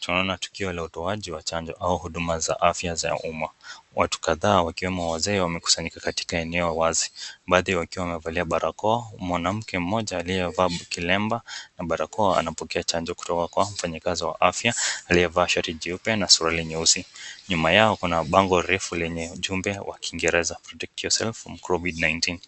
Tunaona tukiwa na utoaji wa chanjo au huduma za afya za umma. Watu kadhaa wakiwemo wazee wamekusanyika katika eneo wazi. Baadhi yao wakiwa wamevalia barakoa, mwanamke mmoja aliye vaa kilemba na barakoa anapokea chanjo kutoka kwa mfanyakazi wa afya aliye vaa shati jeupe na suruali nyeusi. Nyuma yao kuna bango refu lenye ujumbe wa kiingereza protect yourself from covid-19